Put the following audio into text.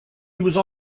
also